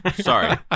sorry